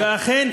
ואכן,